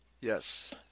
Yes